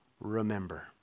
remember